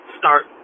start